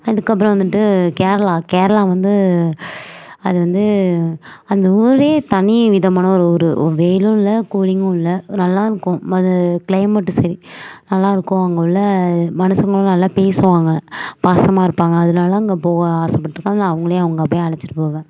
அதுக்கு அப்புறம் வந்துட்டு கேரளா கேரளா வந்து அது வந்து அந்த ஊரே தனி விதமான ஒரு ஊர் வெயிலும் இல்லை கூலிங்கும் இல்லை நல்லா இருக்கும் அது கிளைமெட்டு சரி நல்லா இருக்கும் அங்கே உள்ள மனுஷங்களும் நல்லா பேசுவாங்கள் பாசமாக இருப்பாங்கள் அதனால அங்கே போக ஆசபட்ருக்கேன் அதுனால் அவங்களையும் அங்கே போய் அழைச்சிட்டு போவேன்